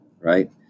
right